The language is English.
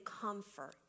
comfort